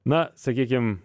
na sakykim